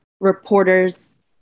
reporters